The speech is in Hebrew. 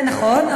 זה נכון,